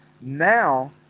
now